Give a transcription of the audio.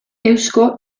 eusko